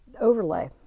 overlay